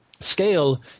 scale